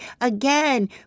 again